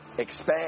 expand